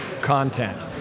content